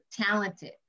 talented